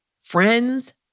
friends